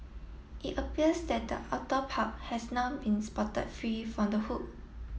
it appears that the otter pup has now been spotted free from the hook